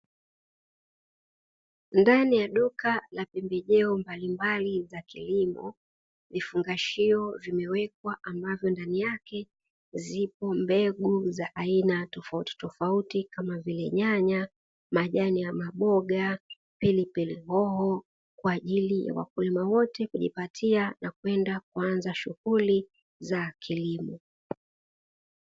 Ndani ya duka la pembejeo mbali mbali za kilimo vifungashio vimewekwa ambavyo ndani yake zipo mbegu za aina tofauti tofauti kama vile; nyanya, majani ya maboga, pilipili hoho kwa ajili ya wakulima wote kujipatia na kwenda kuanza shughuli za kilimo.